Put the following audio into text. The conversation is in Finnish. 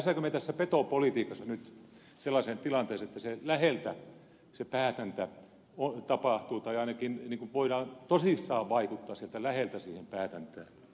pääsemmekö me tässä petopolitiikassa nyt sellaiseen tilanteeseen että se päätäntä tapahtuu läheltä tai ainakin voidaan tosissaan vaikuttaa sieltä läheltä siihen päätäntään